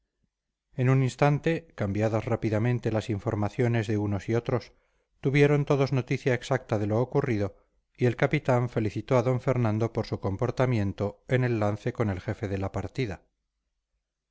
en un instante cambiadas rápidamente las informaciones de unos y otros tuvieron todos noticia exacta de lo ocurrido y el capitán felicitó a d fernando por su comportamiento en el lance con el jefe de la partida